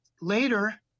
Later